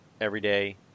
everyday